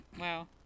wow